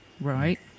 Right